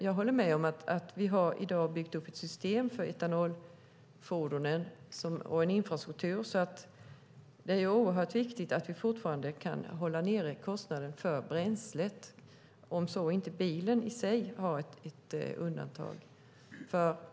Jag håller dock med om att vi har byggt upp ett system och en infrastruktur för etanolfordon, så det är viktigt att vi kan hålla nere kostnaden för bränslet även om inte bilen i sig har ett undantag.